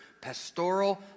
pastoral